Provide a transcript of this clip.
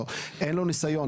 או שאין לו ניסיון,